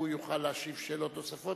הוא יוכל לשאול שאלות נוספות,